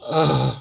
ugh